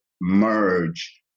merge